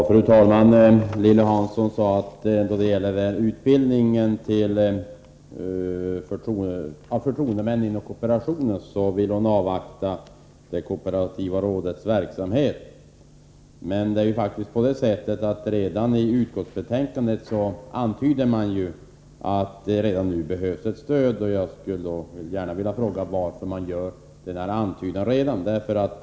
Fru talman! När det gäller utbildningen till förtroendemän inom kooperationen vill Lilly Hansson, säger hon, avvakta det kooperativa rådets verksamhet. Men i utskottsbetänkandet antyder man ju att det behövs ett stöd. Jag skulle då gärna vilja fråga varför man redan nu gör denna antydan.